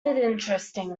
interesting